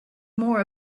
more